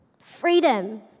Freedom